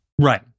right